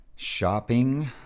Shopping